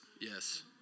Yes